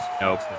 nope